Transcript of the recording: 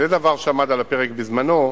שזה דבר שעמד על הפרק בזמנו,